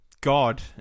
God